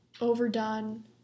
overdone